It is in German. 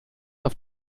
auf